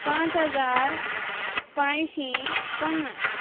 पांच हजार पांचशीं पन्नास